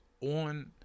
on